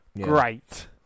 great